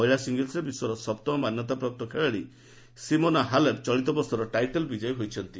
ମହିଳା ସିଙ୍ଗଲ୍ସ୍ରେ ବିଶ୍ୱର ସପ୍ତମ ମାନ୍ୟତାପ୍ରାପ୍ତ ଖେଳାଳି ସିମୋନା ହାଲେପ୍ ଚଳିତବର୍ଷର ଟାଇଟଲ୍ ବିଜୟୀ ହୋଇଛନ୍ତି